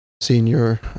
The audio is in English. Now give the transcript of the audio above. senior